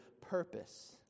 purpose